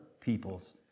people's